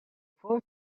first